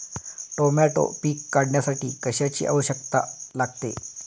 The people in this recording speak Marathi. टोमॅटो पीक काढण्यासाठी कशाची आवश्यकता लागते?